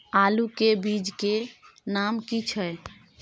आलू के बीज के नाम की छै?